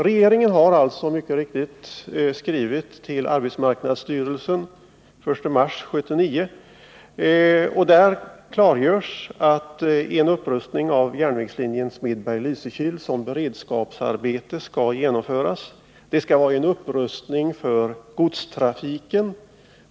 Regeringen har alltså mycket riktigt skrivit till arbetsmarknadsstyrelsen den 1 mars 1979. Då klargjordes att en upprustning av järnvägslinjen Smedberg-Lysekil skall genomföras som beredskapsarbete. Det skall bli en upprustning för godstrafiken.